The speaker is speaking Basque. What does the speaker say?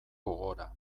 gogora